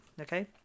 okay